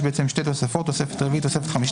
שתי תוספות: תוספת רביעית ותוספת חמישית.